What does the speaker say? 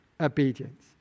obedience